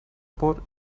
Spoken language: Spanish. por